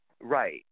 right